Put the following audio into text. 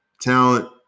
talent